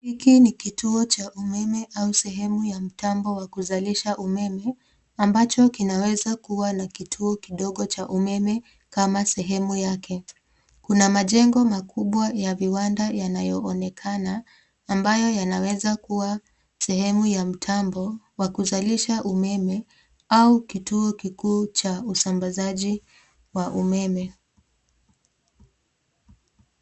Hiki ni kituo cha umeme au sehemu ya mtambo wa kuzalisha umeme ambacho kinaweza kuwa la kituo kidogo cha umeme kama sehemu yake. Kuna majengo makubwa ya viwanda yanayoonekana ambayo yanaweza kuwa sehemu ya mtambo wa kuzalisha umeme au kituo kikuu cha usambazaji wa umeme.